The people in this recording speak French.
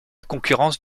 concurrence